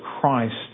Christ